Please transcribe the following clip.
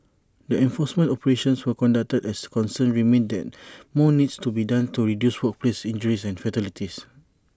the enforcement operations were conducted as concerns remain that more needs to be done to reduce workplace injuries and fatalities